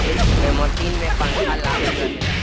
ए machine में पंखा लागल रहेला